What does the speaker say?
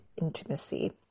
intimacy